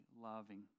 loving